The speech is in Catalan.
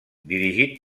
dirigit